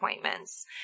appointments